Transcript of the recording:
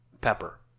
pepper